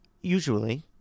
Usually